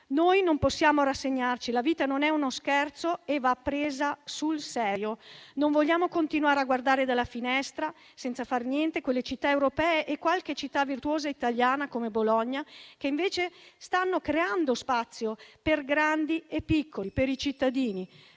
Noi non possiamo rassegnarci. La vita non è uno scherzo e va presa sul serio. Non vogliamo continuare a guardare dalla finestra, senza far niente, quelle città europee e qualche città italiana virtuosa, come Bologna, che invece stanno creando spazio per grandi e piccoli, per i cittadini,